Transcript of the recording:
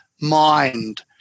mind